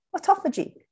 autophagy